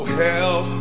help